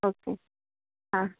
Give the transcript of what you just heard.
okay हां